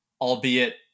albeit